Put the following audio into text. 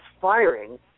firing